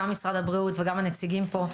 גם משרד הבריאות וגם הנציגים פה,